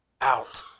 out